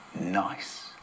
nice